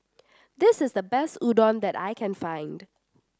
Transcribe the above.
this is the best Udon that I can find